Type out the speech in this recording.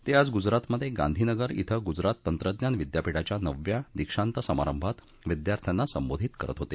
ते आज गुजरातमधे गांधीनगर श्वे गुजरात तंत्रज्ञान विद्यापीठाच्या नवव्या दीक्षांत समारंभात विद्यार्थ्यांना संबोधित करत होते